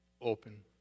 open